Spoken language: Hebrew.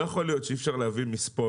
לא יכול להיות שאי אפשר להביא מספוא,